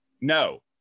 No